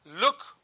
look